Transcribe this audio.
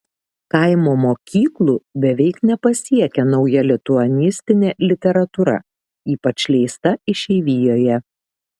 kaimo mokyklų beveik nepasiekia nauja lituanistinė literatūra ypač leista išeivijoje